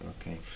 Okay